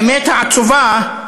האמת העצובה,